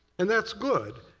and that's good.